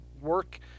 work